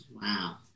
Wow